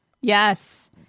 Yes